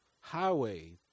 highway